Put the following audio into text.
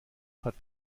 hat